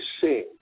seeing